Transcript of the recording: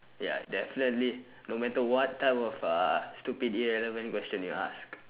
ya definitely no matter what type of uh stupid irrelevant question you ask